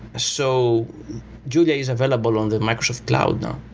so julia is available on the microsoft cloud now.